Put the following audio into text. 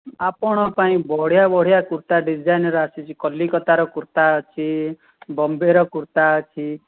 ଆପଣ ପାଇଁ ବଢ଼ିଆ ବଢ଼ିଆ କୁର୍ତ୍ତା ଡିଜାଇନ୍ର ଆସିଛି କଲିକତାର କୁର୍ତ୍ତା ଅଛି ବମ୍ବେର କୁର୍ତ୍ତା ଅଛି